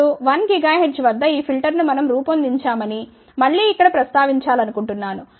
ఇప్పుడు 1 GHz వద్ద ఈ ఫిల్టర్ను మనం రూపొందించామని మళ్ళీ ఇక్కడ ప్రస్తావించాలనుకుంటున్నాను